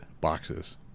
boxes